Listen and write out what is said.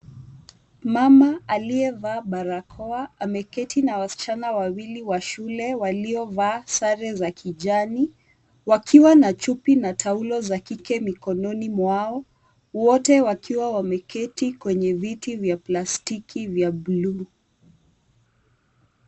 Mama aliyevaa barakoa, ameketi na wasichana wawili wa shule waliovaa sare za kijani, wakiwa na chupi na taulo za kike mikononi mwao, wote wakiwa wameketi kwenye viti vya plastiki vya buluu.